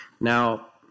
Now